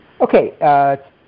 Okay